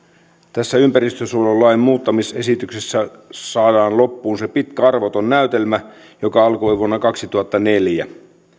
tässä ympäristönsuojelulain muuttamisesityksessä saadaan loppuun se pitkä arvoton näytelmä joka alkoi vuonna kaksituhattaneljä